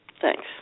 Thanks